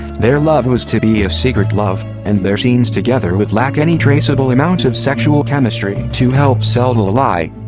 their love was to be a secret love, and their scenes together would lack any traceable amount of sexual chemistry, to help sell the lie.